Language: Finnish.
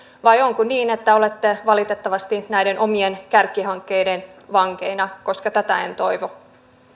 vai onko niin että olette valitettavasti näiden omien kärkihankkeidenne vankeina tätä en toivo